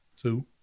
Two